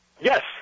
Yes